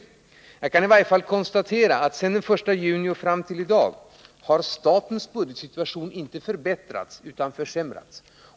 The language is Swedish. Men jag kan i varje fall konstatera att från den 1 juni och fram till i dag har statens budgetsituation inte förbättrats utan försämrats.